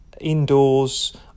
indoors